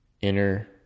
inner